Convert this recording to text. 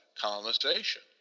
colonization